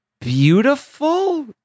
beautiful